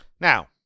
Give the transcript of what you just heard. Now